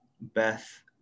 Beth